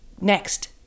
next